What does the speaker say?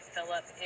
Philip